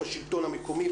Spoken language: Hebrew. השלטון המקומי,